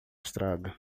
estrada